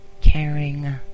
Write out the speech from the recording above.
caring